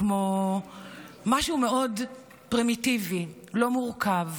כמו משהו מאוד פרימיטיבי, לא מורכב,